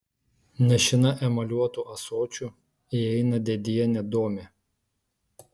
nešina emaliuotu ąsočiu įeina dėdienė domė